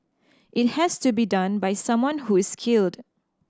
it has to be done by someone who's skilled